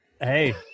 Hey